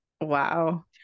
Wow